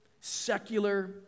secular